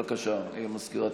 בבקשה, מזכירת הכנסת.